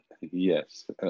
Yes